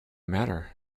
matter